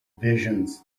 visions